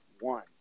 one